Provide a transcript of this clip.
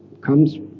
comes